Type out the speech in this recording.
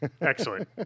Excellent